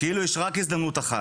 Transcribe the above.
כאילו יש רק הזדמנות אחת.